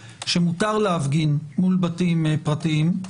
שמותר להפגין מול בתים פרטיים,